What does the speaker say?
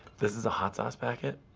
this is a hot sauce packet.